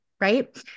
Right